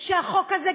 שהחוק הזה,